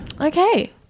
Okay